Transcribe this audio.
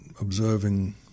observing